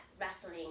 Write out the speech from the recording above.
wrestling